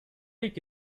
iki